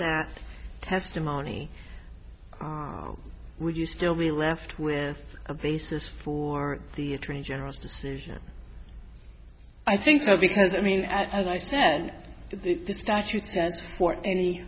that testimony would you still be left with a basis for the attorney general's decision i think so because i mean as i said the statute says for